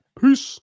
Peace